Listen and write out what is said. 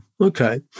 Okay